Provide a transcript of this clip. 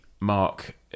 Mark